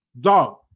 dog